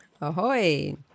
Ahoy